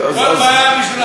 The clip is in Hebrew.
כל בעיה בשבילכם היא,